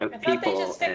people